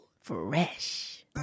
Fresh